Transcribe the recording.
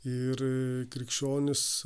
ir krikščionys